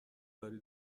داری